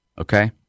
Okay